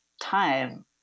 time